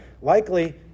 Likely